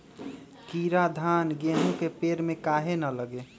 कीरा धान, गेहूं के पेड़ में काहे न लगे?